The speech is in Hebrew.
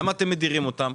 למה אתם מדירים אותן?